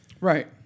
Right